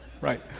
right